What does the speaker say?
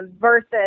versus